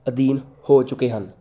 ਅਧੀਨ ਹੋ ਚੁੱਕੇ ਹਨ